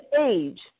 age